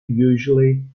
usually